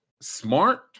smart